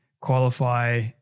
qualify